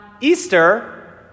Easter